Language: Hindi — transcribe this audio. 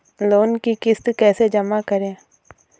लोन की किश्त कैसे जमा करें?